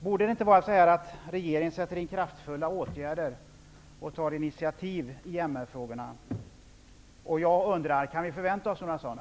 Borde inte regeringen sätta in kraftfulla åtgärder och ta initiativ i MR-frågorna? Kan vi förvänta oss några sådana?